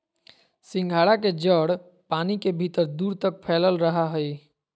सिंघाड़ा के जड़ पानी के भीतर दूर तक फैलल रहा हइ